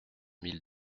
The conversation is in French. mille